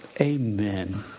Amen